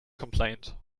complained